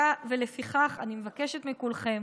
ולפיכך אני מבקשת מכולכם